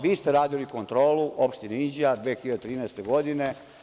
Vi ste radili kontrolu u opštini Inđija 2013. godine.